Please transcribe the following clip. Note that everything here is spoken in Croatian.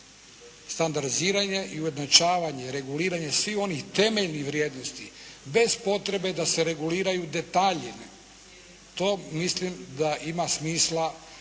Standardiziranje i ujednačavanje, reguliranje svih onih temeljnih vrijednosti bez potrebe da se reguliraju detalji. To mislim da ima smisla